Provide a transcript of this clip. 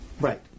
Right